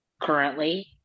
currently